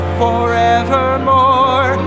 forevermore